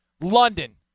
London